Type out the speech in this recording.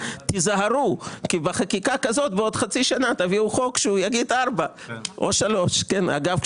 תיזהרו כי בחקיקה כזאת בעוד חצי שנה תביאו חוק שהוא יגיד 4 או 3. אגב,